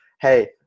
hey